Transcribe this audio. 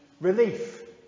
Relief